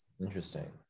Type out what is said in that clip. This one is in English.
interesting